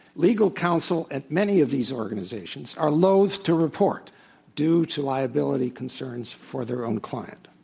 legal counsel at many of these organizations are loathe to report due to liability concerns for their own client.